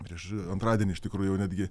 prieš antradienį iš tikrųjų netgi